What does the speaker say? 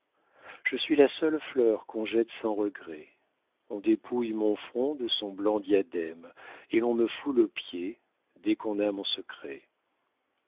je suis la seule fleur qu'on jette sans regret on dépouille mon front de son blanc diadème et l'on me foule aux pieds dès qu'on a mon secret